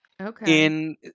Okay